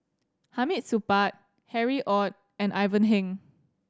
Hamid Supaat Harry Ord and Ivan Heng